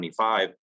25